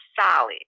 solid